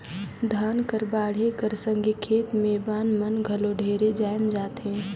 धान कर बाढ़े कर संघे खेत मे बन मन घलो ढेरे जाएम जाथे